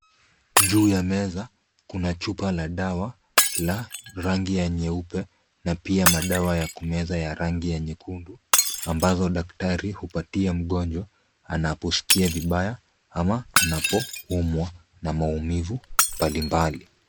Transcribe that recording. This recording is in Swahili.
Juu ya meza. Kuna chupa la dawa la rangi ya nyeupe na pia madawa ya kumeza ya rangi ya nyekundu, ambazo daktari hupatia mgonjwa anaposikia vibaya ama anapoumwa na maumivu mbalimbali.